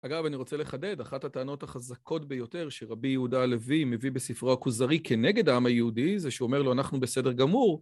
אגב, אני רוצה לחדד, אחת הטענות החזקות ביותר שרבי יהודה הלוי מביא בספרו הכוזרי כנגד העם היהודי, זה שאומר לו אנחנו בסדר גמור.